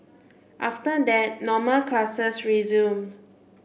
after that normal classes resumed